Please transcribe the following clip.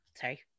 Sorry